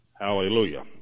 Hallelujah